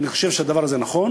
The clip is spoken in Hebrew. אני חושב שהדבר הזה נכון.